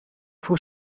vroeg